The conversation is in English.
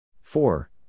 four